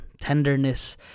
tenderness